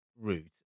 route